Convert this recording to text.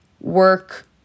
work